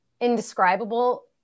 indescribable